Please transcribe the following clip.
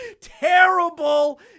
Terrible